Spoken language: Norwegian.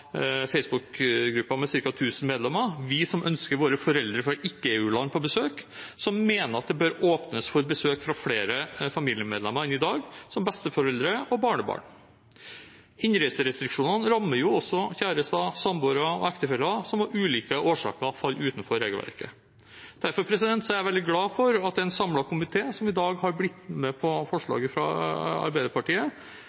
som mener at det bør åpnes for besøk fra flere familiemedlemmer enn i dag, som besteforeldre og barnebarn. Innreiserestriksjonene rammer jo også kjærester, samboere og ektefeller som av ulike årsaker faller utenfor regelverket. Derfor er jeg veldig glad for at en samlet komité i dag har blitt med på